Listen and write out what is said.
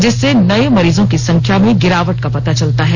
जिससे नये मरीजों की संख्या में गिरावट का पता चलता है